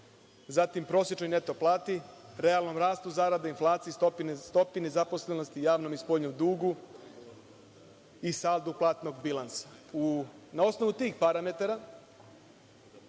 zatim prosečnoj neto plati, realnom rastu zarada inflacija i stopi nezaposlenosti javnom i spoljnom dugu i saldu platnog bilansa. Na osnovu tih parametara,